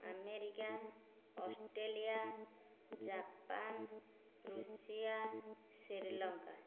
America Australia Japan Russia Sri Lanka